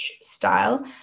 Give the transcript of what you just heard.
style